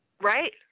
right